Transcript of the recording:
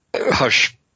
Hush